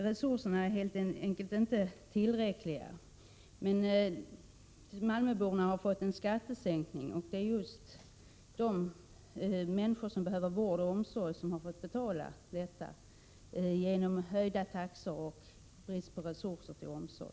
Resurserna är helt enkelt inte tillräckliga. Men malmöborna har fått en skattesänkning. Det är just de människor som behöver vård och omsorg som har fått betala den, genom höjda taxor och brist på resurser för omsorg.